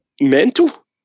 mental